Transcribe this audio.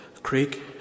creek